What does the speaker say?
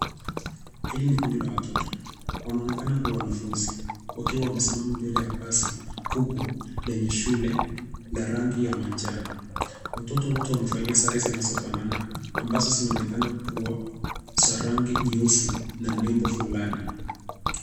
Hili ni kundi la watoto wanaonekana kua wanafunzi wakiwa wamesimama mbele ya basi kubwa lenye shule lla rangi ya manjano. Watoto wote wamevalia sare zinazofanana ambazo zinaonekana kua za rangi nyeusi na nembo fulani.